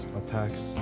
attacks